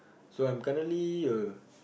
so I'm currently a